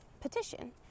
petition